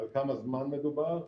על כמה זמן מדובר,